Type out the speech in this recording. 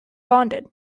bonded